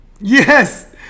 Yes